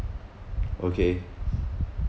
okay